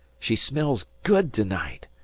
she smells good to-night.